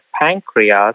pancreas